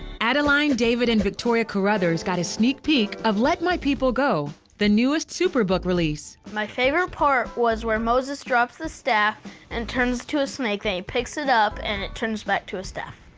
adeline, david, and victoria carothers got a sneak peak of let my people go, the newest superbook release. my favorite part was where moses drops the staff and it turns to a snake. then he picks it up and it turns back to a staff.